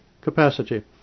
capacity